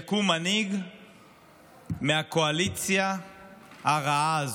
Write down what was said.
יקום מנהיג מהקואליציה הרעה הזו,